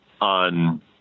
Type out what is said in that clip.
on